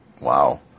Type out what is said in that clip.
wow